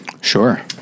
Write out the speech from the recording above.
sure